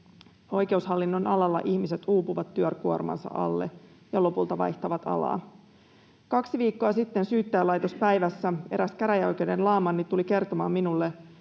Oikeushallinnon alalla ihmiset uupuvat työkuormansa alle ja lopulta vaihtavat alaa. Kaksi viikkoa sitten Syyttäjälaitospäivässä eräs käräjäoikeuden laamanni tuli kertomaan minulle,